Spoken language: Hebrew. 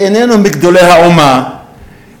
שאיננו מגדולי האומה,